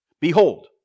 Behold